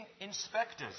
inspectors